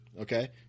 Okay